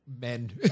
men